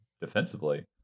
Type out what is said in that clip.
defensively